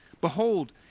Behold